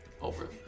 over